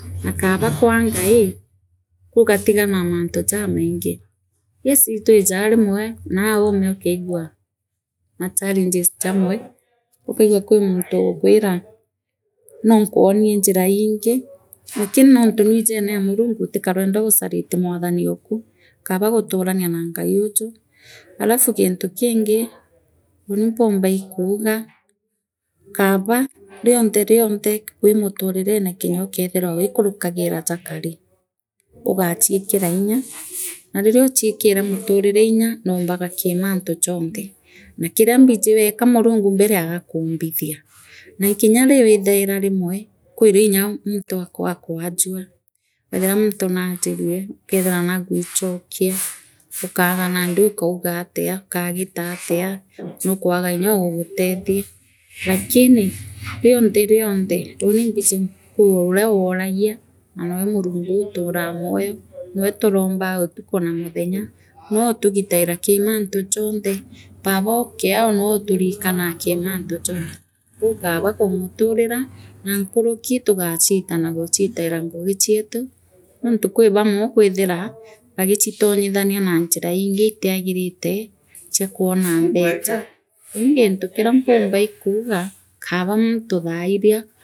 Aakaba kwa ngai ngai ugatigaanaa mantu jamaingi yes itwiijaa rimwe naa ome likangu machallenges jamwe ukaigua kwi muntu ugukwira noo nikwonie njira iingi lakini ronti nwigire aa murungu utikoroende gusaliti murungu ooku kaaba guturania naa ngai uuju alafu ginti kingi mpamba ii kuuga kaaba riuonthe wi muturirone kingookethirwa wiikarukairu jakari ugachiikire inya na riria uchikire muturire inya nuumbaga kiri manthi jonte na kiria mbiji weeka murungu mbere agakumbithia na kinga riia withaira vemwe kwi rimwe nya muntui akwajua ethira muntu naajira likeethira naagwichokia ukaaga nandi likauga atia ukaagita atia nukwaga nyoogutetha lakini nonthe lilini imbiji kwi kwi uria wooragia na nwee muranga lili utamu moyo mwee tarombaa utuku na muthenya nwoothigittare kir mantu jontre babookiu nwoo uturikanaa ki manthi jonte kou kaaba kumuthirira na nkuriki tugaachiitana guchitaira ngugi chieth nonthi kwi bamwe ukwithirira bagichitunyithenia na njira iingi itiaginite cha kwona mbicha uu ginthy kina meumba ikuuga kaaba munti thairia.